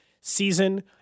season